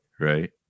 right